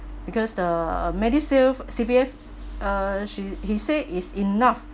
because the medishield C_P_F uh she he said is enough